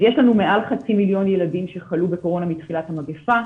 יש לנו מעל חצי מיליון ילדים שחלו בקורונה מתחילת המגיפה,